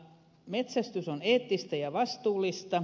metsästys on eettistä ja vastuullista